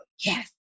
Yes